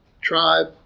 tribe